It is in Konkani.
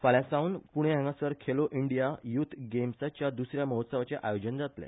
फाल्यां सावन पुण्या हांगसर खेलो इंडीया युथ गेम्साच्या द्स या महोत्सवाचे आयोजन जातले